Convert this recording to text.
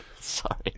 Sorry